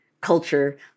culture